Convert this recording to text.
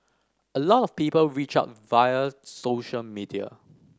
a lot of people reach out via social media